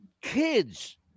Kids